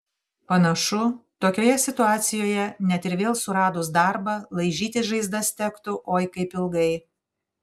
panašu tokioje situacijoje net ir vėl suradus darbą laižytis žaizdas tektų oi kaip ilgai